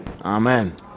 Amen